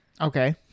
okay